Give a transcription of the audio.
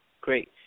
Great